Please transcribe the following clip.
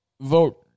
Vote